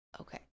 okay